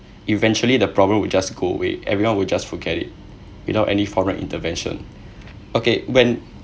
eventually the problem will just go away everyone will just forget it without any foreign intervention okay when